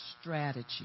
strategy